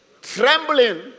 Trembling